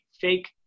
fake